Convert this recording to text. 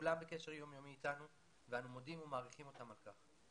כולם בקשר יום יומי אתנו ואני מודים ומעריכים אותם על כך.